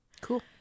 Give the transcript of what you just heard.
Cool